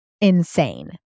insane